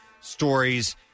stories